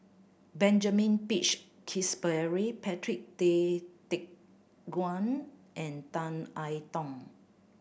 Benjamin Peach Keasberry Patrick Tay Teck Guan and Tan I Tong